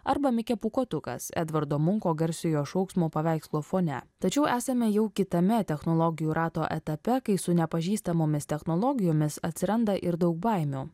arba mikė pūkuotukas edvardo munko garsiojo šauksmo paveikslo fone tačiau esame jau kitame technologijų rato etape kai su nepažįstamomis technologijomis atsiranda ir daug baimių